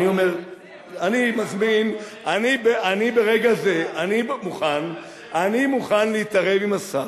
אני מזמין, ברגע זה אני מוכן להתערב עם השר,